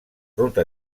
ruta